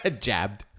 Jabbed